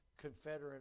Confederate